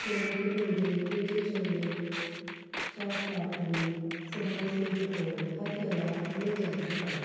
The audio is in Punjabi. ਛੋਲੇ ਭਟੂਰੇ ਕੁਲਚੇ ਛੋਲੇ ਚਾਟ ਪਾਪੜੀ ਸਮੋਸੇ ਪਕੌੜੇ ਹਰ ਜਗ੍ਹਾ ਮਿਲ ਜਾਂਦੇ ਹਨ